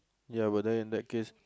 ya but then in that case